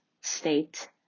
state